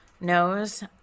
knows